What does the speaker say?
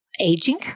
aging